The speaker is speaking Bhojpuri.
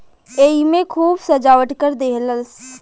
एईमे खूब सजावट कर देहलस